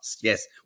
Yes